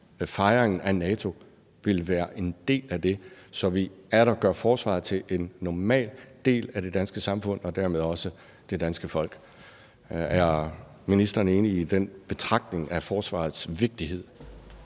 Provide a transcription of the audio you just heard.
fejringen af NATO vil være en del af det, så vi atter gør forsvaret til en normal del af det danske samfund og dermed også det danske folk. Er ministeren enig i den betragtning af forsvarets vigtighed?